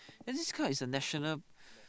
then this car is a national